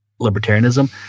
libertarianism